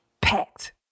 packed